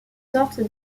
sorte